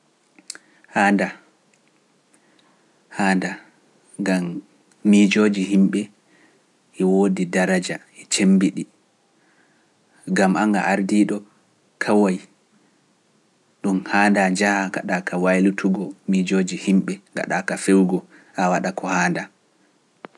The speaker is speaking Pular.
Haandaa, haandaa ngam miijooji himɓe e woodi daraja e cemmbiɗi, ngam aan a ardiiɗo kaway ɗum haandaa njahaa ngaɗa ka waylutugo miijooji himɓe ngaɗaa ka fewugo haa waɗa ko haandaa.